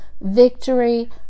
victory